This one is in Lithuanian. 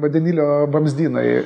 vandenilio vamzdynai